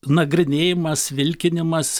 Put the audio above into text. nagrinėjimas vilkinimas